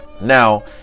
Now